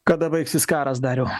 kada baigsis karas dariau